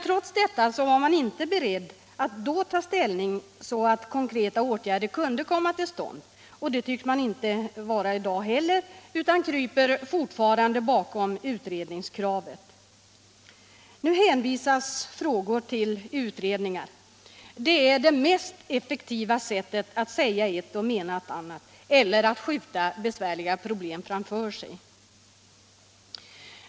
Trots detta var man inte beredd att då ta ställning, så att konkreta åtgärder kunde komma till stånd, och det tycks man inte vara i dag heller utan kryper fortfarande bakom utredningskravet. Att hänvisa frågor till utredningar är det mest effektiva sättet att säga ett och mena ett annat, eller att skjuta besvärliga problem framför sig.